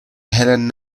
helen